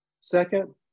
Second